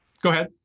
go ahead.